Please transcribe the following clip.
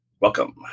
Welcome